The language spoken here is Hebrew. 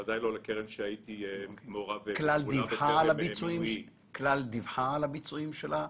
ודאי לא לקרן שהייתי מעורב -- כלל דיווחה על הביצועים שלה?